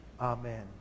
Amen